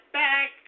back